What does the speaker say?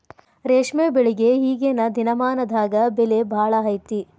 ರೇಶ್ಮೆ ಬೆಳಿಗೆ ಈಗೇನ ದಿನಮಾನದಾಗ ಬೆಲೆ ಭಾಳ ಐತಿ